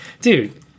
dude